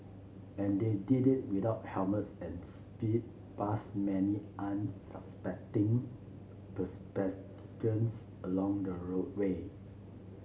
and they did it without helmets and sped past many unsuspecting pedestrians along the route way